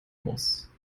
muss